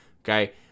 okay